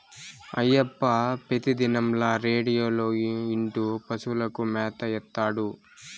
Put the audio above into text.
అయ్యప్ప పెతిదినంల రేడియోలో ఇంటూ పశువులకు మేత ఏత్తాడు